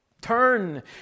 turn